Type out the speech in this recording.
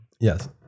Yes